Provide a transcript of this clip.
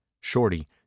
shorty